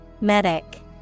Medic